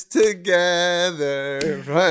together